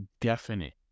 definite